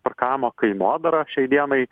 parkavimo kainodara šiai dienai